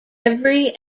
every